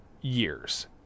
years